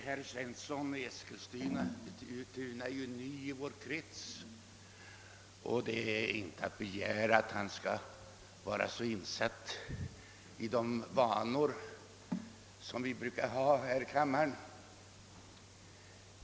Herr talman! Herr Svensson i Eskilstuna är ju ny i vår krets och det är inte att begära att han skall vara insatt i de vanor vi har i denna kammare.